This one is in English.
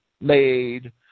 made